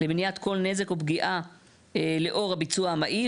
למניעת כל נזק או פגיעה לאור הביצוע המהיר".